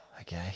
Okay